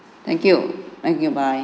thank you and goodbye